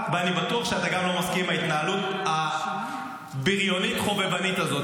ואני בטוח שאתה גם לא מסכים עם ההתנהלות הבריונית-חובבנית הזאת,